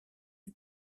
les